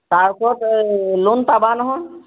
তাৰ ওপৰত লোন পাবা নহয়